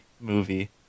movie